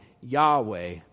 Yahweh